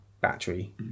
battery